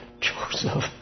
Joseph